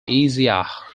isaiah